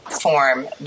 form